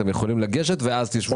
אתם יכולים לגשת ואז תשבו בצד הזה.